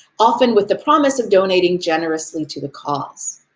often with the promise of donating generously to the cause.